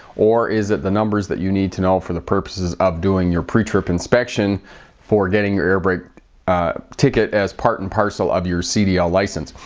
or is that the numbers that you need to know for the purposes of doing your pre-trip inspection for getting your airbrake ticket as part and parcel of your cdl license?